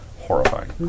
Horrifying